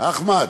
אחמד,